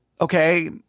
Okay